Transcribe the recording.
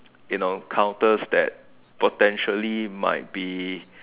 you know counters that potentially might be